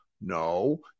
No